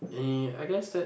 and I guess that